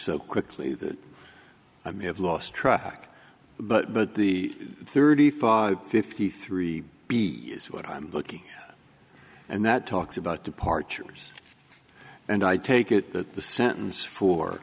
so quickly that i may have lost track but but the thirty five fifty three b is what i'm looking and that talks about departures and i take it that the sentence for